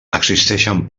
existeixen